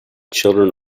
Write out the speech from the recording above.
children